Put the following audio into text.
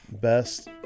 best